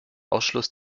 ausschluss